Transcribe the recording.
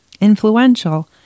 Influential